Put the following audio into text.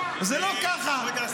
זה לא ככה.